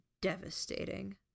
devastating